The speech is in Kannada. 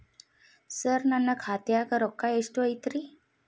ಸರ ನನ್ನ ಖಾತ್ಯಾಗ ರೊಕ್ಕ ಎಷ್ಟು ಐತಿರಿ?